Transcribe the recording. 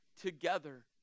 together